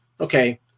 Okay